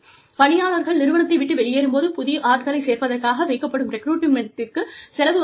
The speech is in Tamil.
பணியாளர்கள் நிறுவனத்தை விட்டு வெளியேறும் போது புது ஆட்களைச் சேர்ப்பதற்காக வைக்கப்படும் ரெக்ரூட்மெண்ட்டிற்கு செலவு ஆகிறது